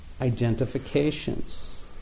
identifications